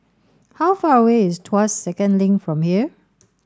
how far away is Tuas Second Link from here